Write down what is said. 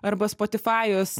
arba spotifajus